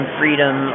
freedom